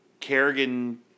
Kerrigan